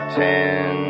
ten